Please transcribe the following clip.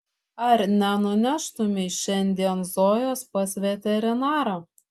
ar nenuneštumei šiandien zojos pas veterinarą